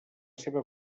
seva